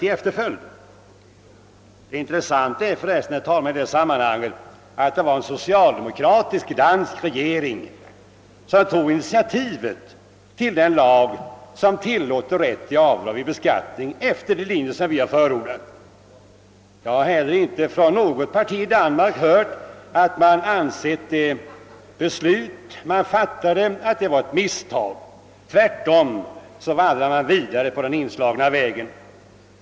Det intressanta i detta sammanhang är för resten, herr talman, att det var en socialdemokratisk dansk regering som tog initiativet till den lag som tillåter rätt till avdrag vid beskattning för gåvor givna till de ändamål det här är fråga om. Jag har inte heller från något parti i Danmark hört, att man ansett det fattade beslutet vara ett misstag. Tvärtom vandrar man vidare på den inslagna vägen.